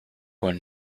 one